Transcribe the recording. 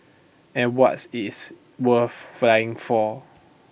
and what's is worth flying for